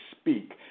speak